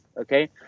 okay